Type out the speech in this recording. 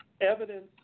evidence